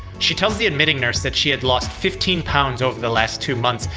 she tells the admitting nurse that she had lost fifteen pounds over the last two months,